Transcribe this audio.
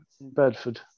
Bedford